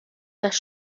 das